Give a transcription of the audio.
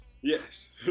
yes